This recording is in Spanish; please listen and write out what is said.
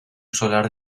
solar